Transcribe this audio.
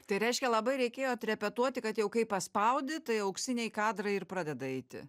tai reiškia labai reikėjo repetuoti kad jau kai paspaudi tai auksiniai kadrai ir pradeda eiti